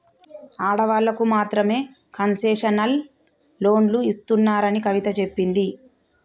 ఆడవాళ్ళకు మాత్రమే కన్సెషనల్ లోన్లు ఇస్తున్నారని కవిత చెప్పింది